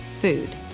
food